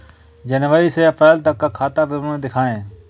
जनवरी से अप्रैल तक का खाता विवरण दिखाए?